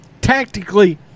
tactically